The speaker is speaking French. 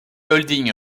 holding